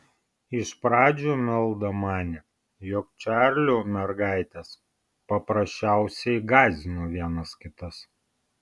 iš pradžių meldą manė jog čarliu mergaitės paprasčiausiai gąsdino vienos kitas